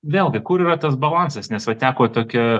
vėlgi kur yra tas balansas nes vat teko tokia